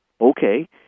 okay